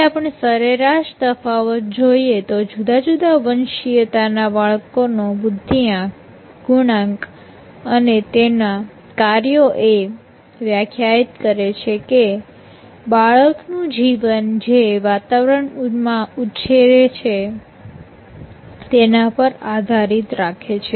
હવે આપણે સરેરાશ તફાવત જોઈએ તો જુદા જુદા વંશીયતાના બાળકોનો બુદ્ધિઆંક ગુણાંક અને તેના કાર્યો એ વ્યાખ્યાયિત કરે છે કે બાળકનું જીવન જે વાતાવરણમાં ઉછરે છે તેના પર આધાર રાખે છે